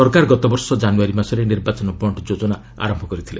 ସରକାର ଗତବର୍ଷ ଜାନୁୟାରୀ ମାସରେ ନିର୍ବାଚନ ବଣ୍ଡ୍ ଯୋଜନା ଆରମ୍ଭ କରିଥିଲେ